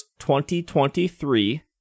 2023